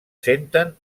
senten